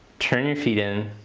turn your feet in.